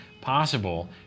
possible